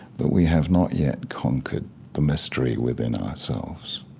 but we have not yet conquered the mystery within ourselves.